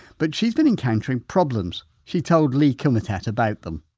but she's been encountering problems. she told lee kumutat about them.